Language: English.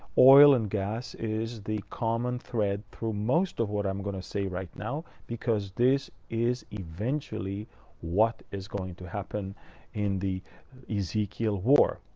oil and gas is the common thread through most of what i'm going to say right now. because this is eventually what is going to happen in the ezekiel war.